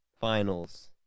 finals